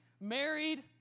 married